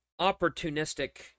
opportunistic